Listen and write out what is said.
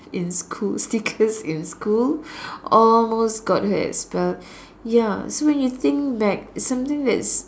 in school stickers in school almost got her expelled ya so when you think back it's something that's